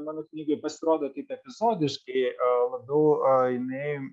mano knygoj pasirodo tik epizodiškai labiau jinai